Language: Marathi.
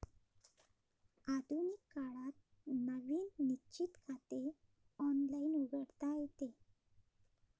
आधुनिक काळात नवीन निश्चित खाते ऑनलाइन उघडता येते